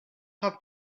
have